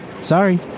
Sorry